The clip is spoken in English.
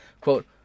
Quote